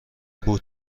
بود